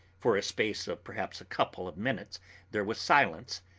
for a space of perhaps a couple of minutes there was silence,